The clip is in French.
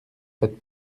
faites